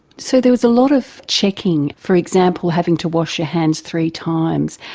so there was a lot of checking, for example having to wash your hands three times.